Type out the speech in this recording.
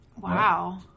Wow